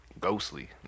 Ghostly